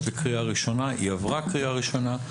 לקריאה ראשונה והיא עברה קריאה ראשונה.